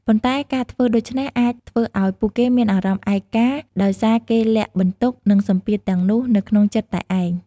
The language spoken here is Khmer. ប៉ុន្តែ ការធ្វើដូច្នេះអាចធ្វើឱ្យពួកគេមានអារម្មណ៍ឯកា ដោយសារគេលាក់បន្ទុក និងសម្ពាធទាំងនោះនៅក្នុងចិត្តតែឯង។